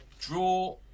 Draw